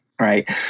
right